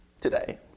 today